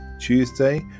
Tuesday